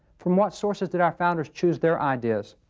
from what sources did our founders choose their ideas?